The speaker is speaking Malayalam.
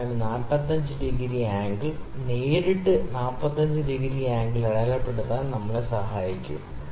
അതിനാൽ 45 ഡിഗ്രി ആംഗിൾ നേരിട്ട് 45 ഡിഗ്രി ആംഗിൾ അടയാളപ്പെടുത്താൻ സഹായിക്കും